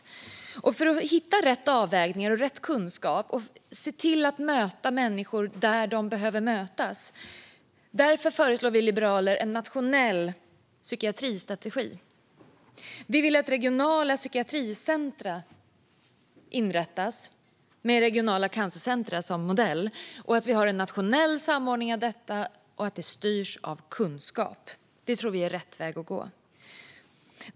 För att man ska kunna hitta rätt avvägningar och rätt kunskap och se till att möta människor där de behöver mötas föreslår vi liberaler en nationell psykiatristrategi. Vi vill att regionala psykiatricentrum inrättas, med regionala cancercentrum som modell, och att vi har en nationell samordning av detta som styrs av kunskap. Det tror vi är rätt väg att gå.